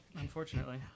unfortunately